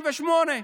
מ-48'.